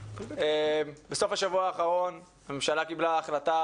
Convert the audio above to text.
בסוף השבוע האחרון הממשלה קיבלה החלטה